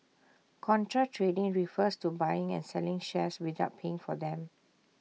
contra trading refers to buying and selling shares without paying for them